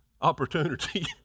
opportunity